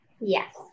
yes